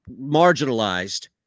marginalized